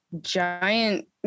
giant